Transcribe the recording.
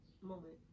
moment